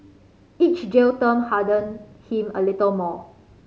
each jail term hardened him a little more